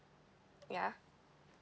ya